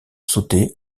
sauter